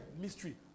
mystery